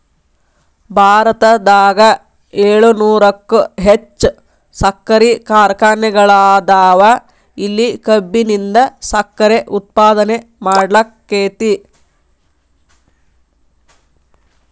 ಭಾರತದಾಗ ಏಳುನೂರಕ್ಕು ಹೆಚ್ಚ್ ಸಕ್ಕರಿ ಕಾರ್ಖಾನೆಗಳದಾವ, ಇಲ್ಲಿ ಕಬ್ಬಿನಿಂದ ಸಕ್ಕರೆ ಉತ್ಪಾದನೆ ಮಾಡ್ಲಾಕ್ಕೆತಿ